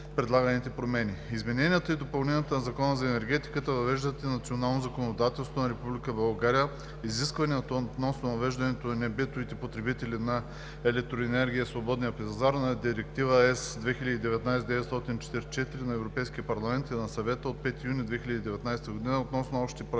Измененията и допълненията в Закона за енергетиката въвеждат в националното законодателство на Република България изискванията относно въвеждането на небитовите потребители на електроенергия на свободен пазар на Директива (ЕС) 2019/944 на Европейския парламент и на Съвета от 5 юни 2019 г. относно общите правила